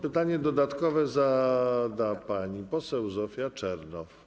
Pytanie dodatkowe zada pani poseł Zofia Czernow.